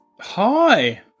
Hi